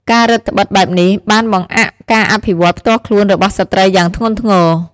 ការរឹតត្បិតបែបនេះបានបង្អាក់ការអភិវឌ្ឍន៍ផ្ទាល់ខ្លួនរបស់ស្ត្រីយ៉ាងធ្ងន់ធ្ងរ។